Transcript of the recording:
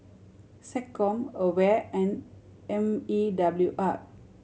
SecCom AWARE and M E W R